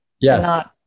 Yes